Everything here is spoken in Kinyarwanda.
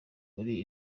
muri